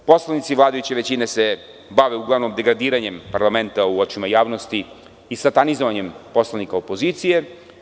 Poslanici vladajuće većine se bave uglavnom degradiranjem parlamenta u očima javnosti i satanizovanjem poslanika opozicije.